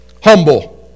Humble